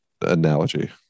analogy